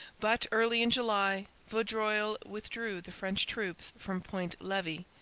but, early in july, vaudreuil withdrew the french troops from point levis,